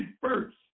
first